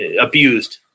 abused